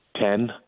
ten